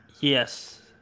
Yes